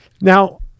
now